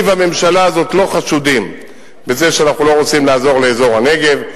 אני והממשלה הזאת לא חשודים בזה שאנחנו לא רוצים לעזור לאזור הנגב.